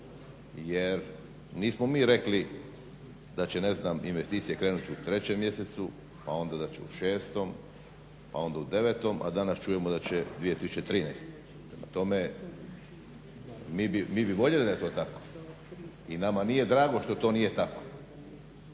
Jer nismo mi rekli da će, ne znam, investicije krenuti u 3 mjesecu, pa onda da će u 6, pa onda u 9, a danas čujemo da će 2013. Prema tome mi bi voljeli da je to tako i nama nije drago što to nije tako,